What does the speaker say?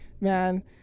man